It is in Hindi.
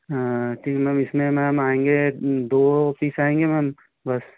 हाँ ठीक है मैं इसमें मैं आएँगे दो पीस आएँगे मैम बस